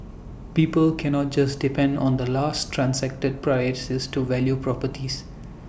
people cannot just depend on the last transacted prices to value properties